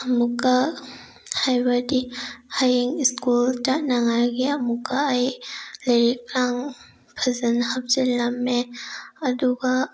ꯑꯃꯨꯛꯀ ꯍꯥꯏꯕꯗꯤ ꯍꯌꯦꯡ ꯁ꯭ꯀꯨꯜ ꯆꯠꯅꯉꯥꯏꯒꯤ ꯑꯃꯨꯛꯀ ꯑꯩ ꯂꯥꯏꯔꯤꯛ ꯂꯥꯡ ꯐꯖꯅ ꯍꯥꯞꯆꯤꯜꯂꯝꯃꯦ ꯑꯗꯨꯒ